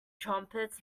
trumpets